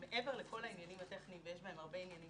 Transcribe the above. מעבר לכל העניינים הטכניים ויש בהן הרבה עניינים